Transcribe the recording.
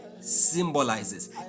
symbolizes